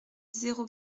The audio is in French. zéro